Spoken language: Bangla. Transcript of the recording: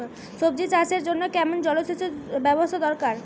সবজি চাষের জন্য কেমন জলসেচের ব্যাবস্থা দরকার?